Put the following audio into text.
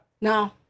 No